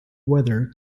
weather